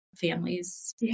families